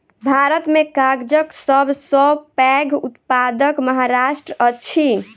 भारत में कागजक सब सॅ पैघ उत्पादक महाराष्ट्र अछि